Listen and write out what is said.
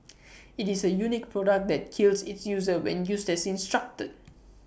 IT is A unique product that kills its user when used as instructed